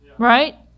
Right